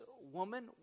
woman